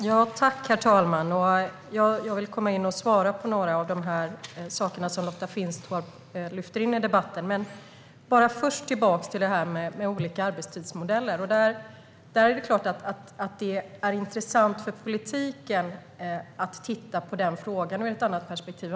Herr talman! Jag ska kommentera några av de saker som Lotta Finstorp lyfter fram i debatten. Men jag ska först gå tillbaka till detta med olika arbetstidsmodeller. Det är klart att det är intressant för politiken att titta på den frågan ur ett annat perspektiv.